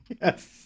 Yes